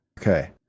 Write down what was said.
okay